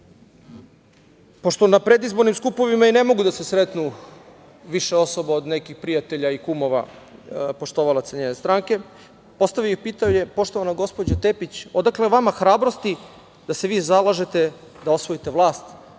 pošto na predizbornim skupovima i ne mogu da se sretnu više osoba od nekih prijatelja i kumova poštovalaca njene stranke, postavio bih pitanje, poštovana gospođo Tepić, odakle vam hrabrosti da se vi zalažete da osvojite vlast,